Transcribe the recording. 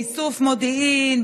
באיסוף מודיעין,